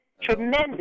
tremendous